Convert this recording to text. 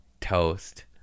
toast